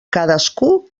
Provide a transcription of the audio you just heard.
cadascú